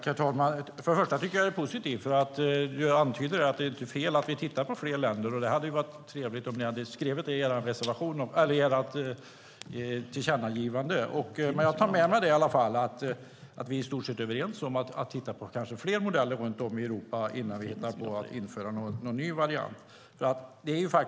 Herr talman! Först ska jag säga att jag tycker att det är positivt. Du antyder att det inte är fel att vi tittar på fler länder, och det hade ju varit trevligt om ni hade skrivit det i ert tillkännagivande. Jag tar i alla fall med mig att vi i stort sett är överens om att kanske titta på fler modeller runt om i Europa innan vi hittar på att införa någon ny variant.